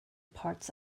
parts